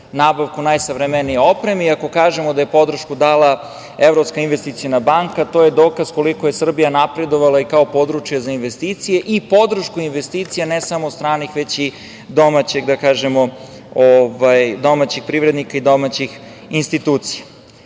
nabavku najsavremenije opreme i ako kažemo da je podršku dala Evropska investiciona banka, to je dokaz koliko je Srbija napredovala i kao područje za investicije i podršku investicija ne samo stranih, već i domaćeg, da kažemo, domaćeg privrednika i domaćih institucija. Tako